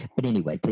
but anyway,